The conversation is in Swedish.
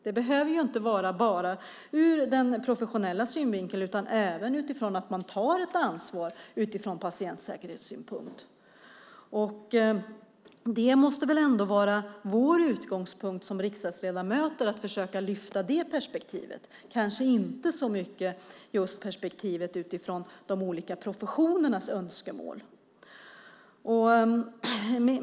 Det behöver inte vara bara ur den professionella synvinkeln utan även utifrån att man tar ett ansvar för patientsäkerhet. Det måste väl ändå vara vår utgångspunkt som riksdagsledamöter att försöka lyfta fram det perspektivet, kanske inte så mycket de olika professionernas önskemålen.